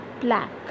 black